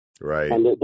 right